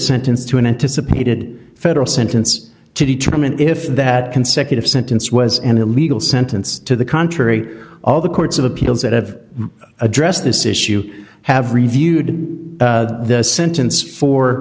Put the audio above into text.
sentence to an anticipated federal sentence to determine if that consecutive sentence was an illegal sentence to the contrary all the courts of appeals that have addressed this issue have reviewed the sentence for